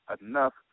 enough